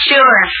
Sure